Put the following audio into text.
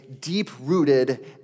deep-rooted